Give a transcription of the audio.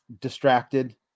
distracted